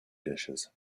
dishes